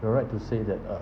the right to say that uh